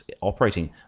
operating